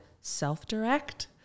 self-direct